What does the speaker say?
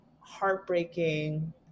heartbreaking